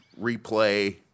replay